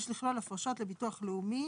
יש לכלול הפרשות לביטוח לאומי,